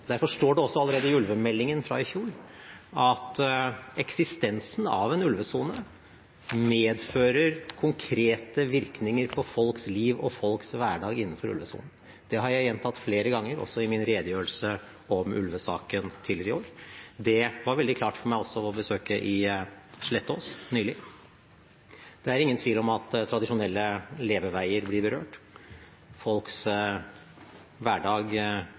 også allerede av ulvemeldingen fra i fjor at eksistensen av en ulvesone medfører konkrete virkninger for folks liv og folks hverdag innenfor ulvesonen. Det har jeg gjentatt flere ganger, også i min redegjørelse om ulvesaken tidligere i år. Det var veldig klart for meg også ved besøket i Slettås nylig. Det er ingen tvil om at tradisjonelle leveveier blir berørt, folks hverdag